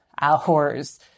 hours